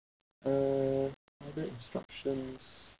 uh other instructions